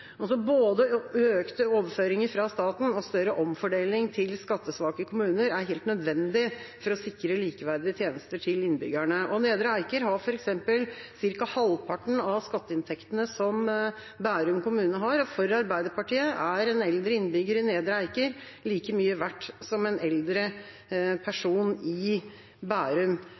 Både økte overføringer fra staten og større omfordeling til skattesvake kommuner er helt nødvendig for å sikre likeverdige tjenester til innbyggerne. Nedre Eiker har f.eks. ca. halvparten av skatteinntektene som Bærum kommune har, og for Arbeiderpartiet er en eldre innbygger i Nedre Eiker like mye verdt som en eldre person i Bærum.